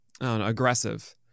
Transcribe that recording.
aggressive